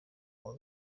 uwa